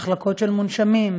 במחלקות של מונשמים,